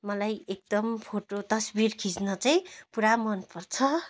मलाई एकदम फोटो तस्बिर खिच्न चाहिँ पुरा मन पर्छ